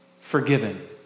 Forgiven